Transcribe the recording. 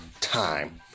time